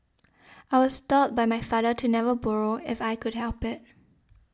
I was taught by my father to never borrow if I could help it